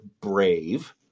brave